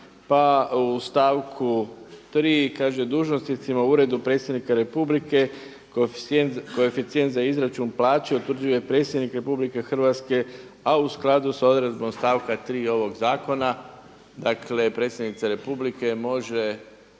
pa u stavku 3. kaže dužnosnicima u Uredu predsjednika Republike koeficijent za izračun plaće utvrđuje predsjedniku RH a u skladu sa odredbom stavka 3. ovoga zakona, dakle predsjednica republike može